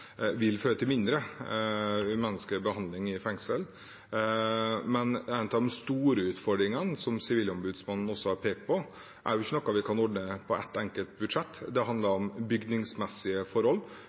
vil føre til mindre umenneskelig behandling i fengsel. Men en av de store utfordringene, som Sivilombudsmannen også har pekt på, er ikke noe vi kan ordne på ett enkelt budsjett. Det handler